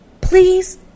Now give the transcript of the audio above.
please